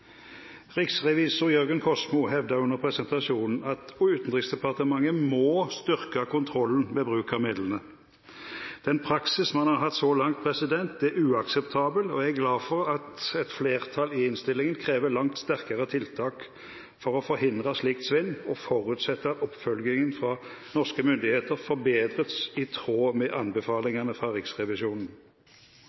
Riksrevisor Jørgen Kosmo hevdet under presentasjonen at Utenriksdepartementet må styrke kontrollen med bruk av midlene. Den praksis man har hatt så langt, er uakseptabel, og jeg er glad for at et flertall i innstillingen krever langt sterkere tiltak for å forhindre slikt svinn, og forutsetter at oppfølgingen fra norske myndigheter forbedres i tråd med anbefalingene fra Riksrevisjonen.